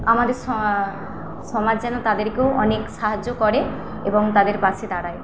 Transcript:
আমাদের স সমাজ যেন তাদেরকেও অনেক সাহায্য করে এবং তাদের পাশে দাঁড়ায়